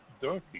dirty